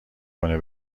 کنه